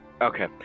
Okay